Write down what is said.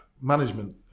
management